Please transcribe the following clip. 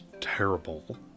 terrible